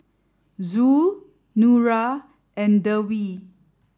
Zul Nura and Dewi